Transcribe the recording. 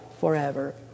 forever